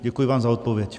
Děkuji vám za odpověď.